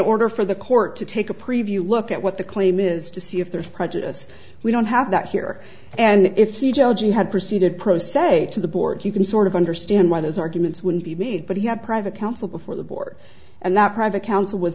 order for the court to take a preview look at what the claim is to see if there's prejudice we don't have that here and if he had proceeded pro say to the board you can sort of understand why those arguments would be made but he had private counsel before the board and that private counsel was